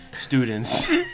students